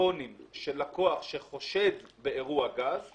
טלפונים של לקוח שחושד באירוע גז,